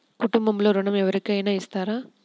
కుటుంబంలో ఋణం ఎవరికైనా ఇస్తారా?